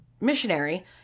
missionary